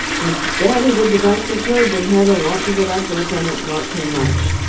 your daddy did the best he could, but he had a lot to put up with, and it got too much.